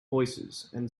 voicesand